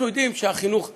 אנחנו יודעים שהחינוך המדעי,